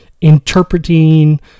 interpreting